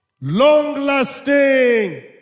Long-lasting